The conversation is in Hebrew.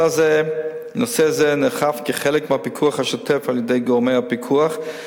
נושא זה נאכף כחלק מהפיקוח השוטף על-ידי גורמי הפיקוח,